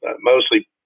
mostly